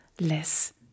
less